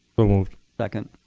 so moved. second.